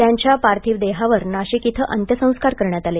त्यांच्या पार्थिवावर नाशिक इथं अंत्यसंस्कार करण्यात आले